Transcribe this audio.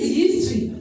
history